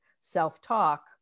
self-talk